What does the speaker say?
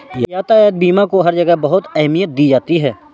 यातायात बीमा को हर जगह बहुत अहमियत दी जाती है